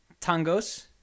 Tangos